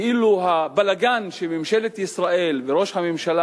כאילו הבלגן שממשלת ישראל וראש הממשלה